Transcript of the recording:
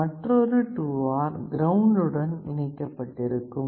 மற்றொரு 2R ground உடன் இணைக்கப்பட்டிருக்கும்